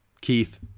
Keith